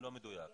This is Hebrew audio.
לא מדויק,